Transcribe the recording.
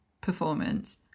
performance